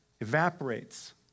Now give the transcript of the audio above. evaporates